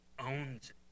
owns